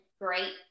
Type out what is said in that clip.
great